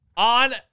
On